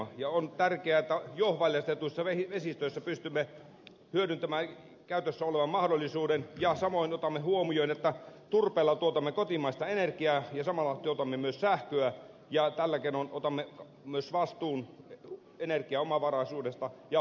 ja on tärkeää että jo valjastetuissa vesistöissä pystymme hyödyntämään käytössä olevan mahdollisuuden ja samoin otamme huomioon että turpeella tuotamme kotimaista energiaa ja samalla tuotamme myös sähköä ja tällä keinoin otamme myös vastuun energiaomavaraisuudesta ja